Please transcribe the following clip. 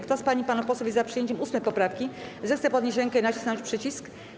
Kto z pań i panów posłów jest za przyjęciem 8. poprawki, zechce podnieść rękę i nacisnąć przycisk.